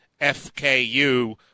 FKU